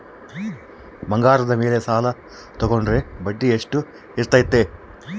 ಬಂಗಾರದ ಮೇಲೆ ಸಾಲ ತೋಗೊಂಡ್ರೆ ಬಡ್ಡಿ ಎಷ್ಟು ಇರ್ತೈತೆ?